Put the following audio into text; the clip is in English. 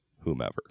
whomever